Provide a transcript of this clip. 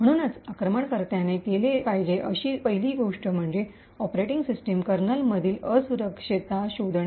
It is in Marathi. म्हणूनच आक्रमणकर्त्याने केली पाहिजेत अशी पहिली गोष्ट म्हणजे ऑपरेटिंग सिस्टम कर्नलमधील असुरक्षा शोधणे